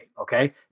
Okay